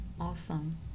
Awesome